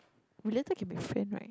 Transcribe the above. related can be friend right